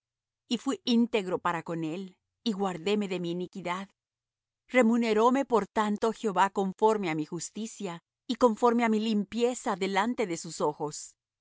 y fuí íntegro para con él y guardéme de mi iniquidad remuneróme por tanto jehová conforme á mi justicia y conforme á mi limpieza delante de sus ojos